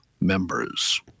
members